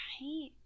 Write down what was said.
Right